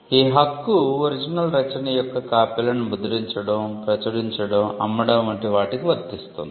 ఈ హక్కు ఒరిజినల్ రచన యొక్క కాపీలను ముద్రించడం ప్రచురించడం అమ్మడం వంటి వాటికి వర్తిస్తుంది